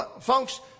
Folks